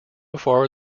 far